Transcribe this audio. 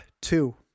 two